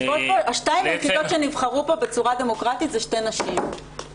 השתיים היחידות שנבחרו פה בצורה דמוקרטית זה שתי נשים,